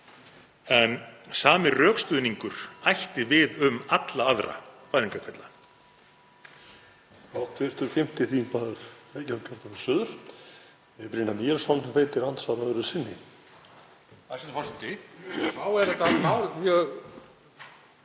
En sami rökstuðningur ætti við um alla aðra fæðingarkvilla.